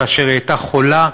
כאשר היא הייתה חולה,